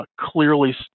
clearly